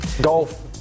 Golf